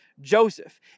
Joseph